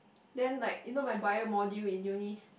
then like you know my bio module in Uni